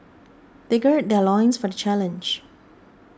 they gird their loins for the challenge